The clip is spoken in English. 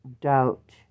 doubt